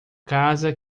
casa